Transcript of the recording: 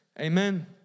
Amen